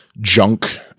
junk